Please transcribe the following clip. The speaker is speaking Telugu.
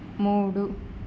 మూడు